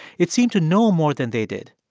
it seemed to know more than they did.